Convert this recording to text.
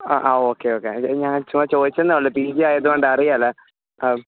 അ ആ okay okay ഞാൻ ചോയ് ചോദിച്ചെന്നേ ഉള്ളൂ പി ജി ആയതുകൊണ്ട് അറിയാമല്ലോ ആ